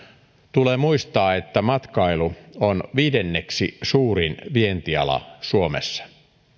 tulee muistaa että matkailu on viidenneksi suurin vientiala suomessa